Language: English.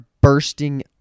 bursting